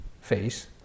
face